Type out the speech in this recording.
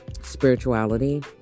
spirituality